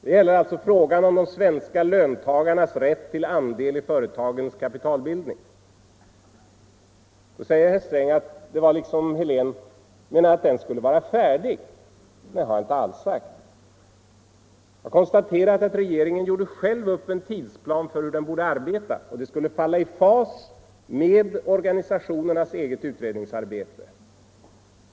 Det gäller frågan om de svenska löntagarnas rätt till andel i företagens kapitalbildning. Då säger herr Sträng att det var som om Helén menade att den skulle vara färdig. Det har jag inte alls sagt. Jag har konstaterat att regeringen själv gjorde upp en tidsplan för hur utredningen borde arbeta. Den skulle falla i fas med organisationernas eget utredningsarbete.